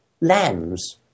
lambs